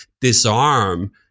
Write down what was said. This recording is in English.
disarm